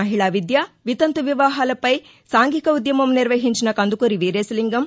మహిళా విద్య వితంతు వివాహాలపై సాంఘిక ఉద్యమం నిర్వహించిన కందుకూరి వీరేశలింగం